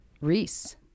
Reese